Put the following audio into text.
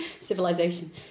civilization